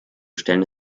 stellen